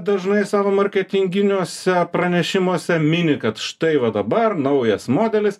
dažnai savo marketinginiuose pranešimuose mini kad štai va dabar naujas modelis